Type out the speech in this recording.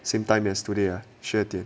same time as today ah 十二点